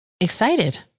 excited